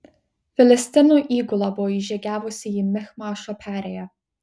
filistinų įgula buvo įžygiavusi į michmašo perėją